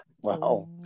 Wow